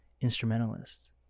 instrumentalists